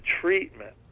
treatment